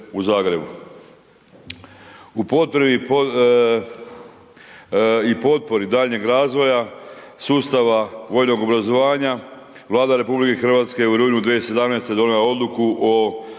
i potpori daljnjeg razvoja sustava vojnoga obrazovanja, Vlada RH je u rujnu 2017. donijela odluku o